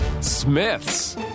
Smith's